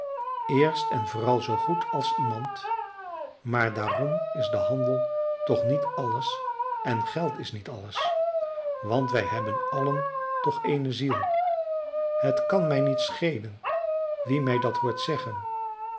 eerst en vooral zoo goed als iemand maar daarom is de handel toch niet alles en geld is niet alles want wij hebben allen toch eene ziel het kan mij niet schelen wie mij dat hoort zeggen en